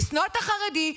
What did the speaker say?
לשנוא את החרדי.